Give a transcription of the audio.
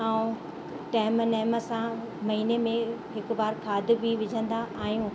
ऐं टेम नेम सां महीने में हिक बार खाद बि विझंदा आहियूं